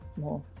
more